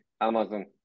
Amazon